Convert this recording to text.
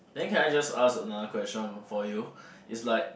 then can I just ask another question for you is like